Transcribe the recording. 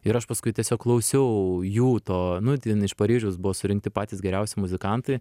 ir aš paskui tiesiog klausiau jų to nu ten iš paryžiaus buvo surinkti patys geriausi muzikantai